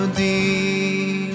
deep